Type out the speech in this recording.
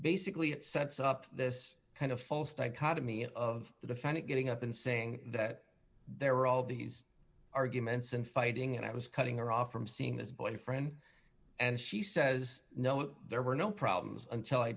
basically it sets up this kind of false dichotomy of the defendant getting up and saying that there were all these arguments and fighting and i was cutting her off from seeing this boyfriend and she says no and there were no problems until i